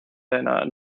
deiner